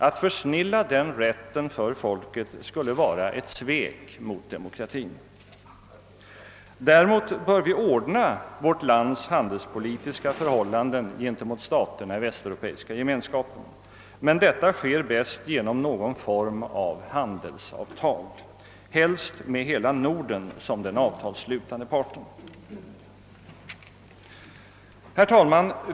Att försnilla den rätten för folket skulle vara ett svek mot demokratin. Däremot bör vi ordna landets handelspolitiska förhållanden gentemot staterna i Västeuropeiska gemenskapen. Men detta sker bäst genom någon form av handelsavtal, helst med hela Norden som den avtalsslutande parten. Herr talman!